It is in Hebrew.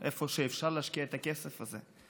איפה שאפשר להשקיע את הכסף הזה.